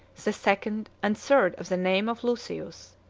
the second and third of the name of lucius.